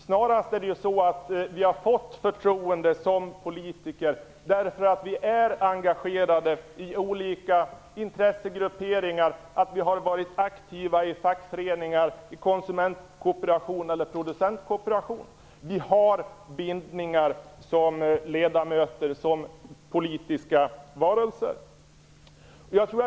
Snarare är det så att vi har fått förtroende som politiker därför att vi är engagerade i olika intressegrupper, att vi har varit aktiva i fackföreningar, konsumentkooperation eller producentkooperation. Vi har bindningar som ledamöter, som politiska varelser.